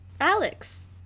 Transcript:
Alex